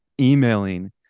emailing